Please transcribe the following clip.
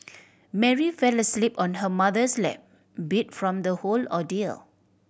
Mary fell asleep on her mother's lap beat from the whole ordeal